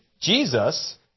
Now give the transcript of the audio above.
Jesus